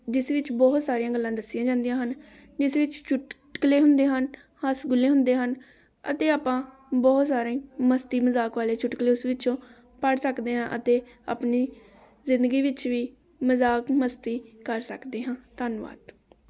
ਜਿਸ ਵਿੱਚ ਬਹੁਤ ਸਾਰੀਆਂ ਗੱਲਾਂ ਦੱਸੀਆਂ ਜਾਂਦੀਆਂ ਹਨ ਜਿਸ ਵਿੱਚ ਚੁਟਕਲੇ ਹੁੰਦੇ ਹਨ ਹਸਗੁੱਲੇ ਹੁੰਦੇ ਹਨ ਅਤੇ ਆਪਾਂ ਬਹੁਤ ਸਾਰੇ ਮਸਤੀ ਮਜ਼ਾਕ ਵਾਲੇ ਚੁਟਕਲੇ ਉਸ ਵਿੱਚੋਂ ਪੜ੍ਹ ਸਕਦੇ ਹਾਂ ਅਤੇ ਆਪਣੀ ਜ਼ਿੰਦਗੀ ਵਿੱਚ ਵੀ ਮਜ਼ਾਕ ਮਸਤੀ ਕਰ ਸਕਦੇ ਹਾਂ ਧੰਨਵਾਦ